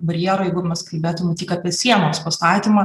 barjero jeigu mes kalbėtume tik apie sienos pastatymą